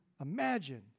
imagine